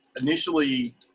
initially